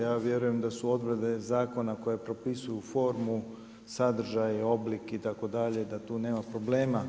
Ja vjerujem da su odredbe zakona koje propisuju formu, sadržaj, oblik itd. da tu nema problema.